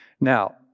Now